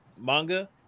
manga